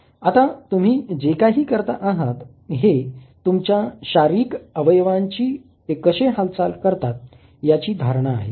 आता तुम्ही जे काही करता आहात हे तुमच्या शारीरिक अवयवांची ते कसे हालचाल करतात याची धारणा आहे